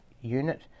unit